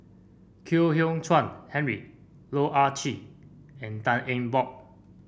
Kwek Hian Chuan Henry Loh Ah Chee and Tan Eng Bock